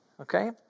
okay